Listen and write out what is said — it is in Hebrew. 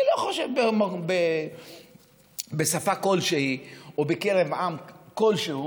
אני לא חושב שבשפה כלשהי או בקרב עם כלשהו